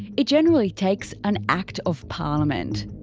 it generally takes an act of parliament.